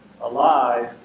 alive